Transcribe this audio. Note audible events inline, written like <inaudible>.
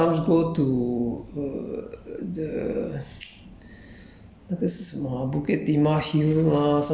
I mean 是一个 online 的 group lah online group then they sometimes go to uh uh the <noise>